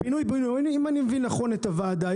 פינוי-בינוי אם אני מבין נכון את הוועדה,